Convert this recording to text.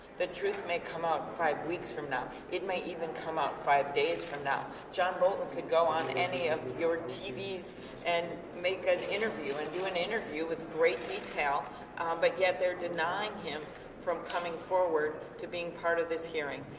the truth may come up five weeks from now. it may even come up five days from now. john bolton could on and any of your tv's and make an interview, and do an interview with great detail but yet they are denying him from coming forward to being part of this hearing.